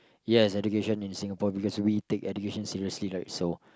yes education in Singapore because we take education seriously right so